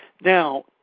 Now